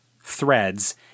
threads